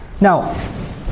Now